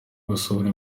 gusohora